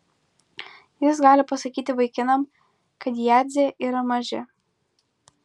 jis gali pasakyti vaikinam kad jadzė yra mažė